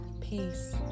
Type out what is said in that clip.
Peace